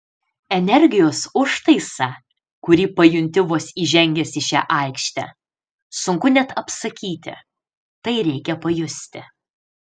energijos užtaisą kurį pajunti vos įžengęs į šią aikštę sunku net apsakyti tai reikia pajusti